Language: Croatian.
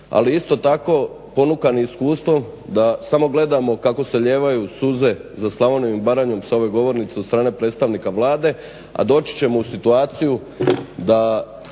Ali isto tako, ponukani iskustvom da samo gledamo kako se lijevaju suze za Slavonijom i Baranjom sa ove govornice od strane predstavnika Vlade, a doći ćemo u situaciju da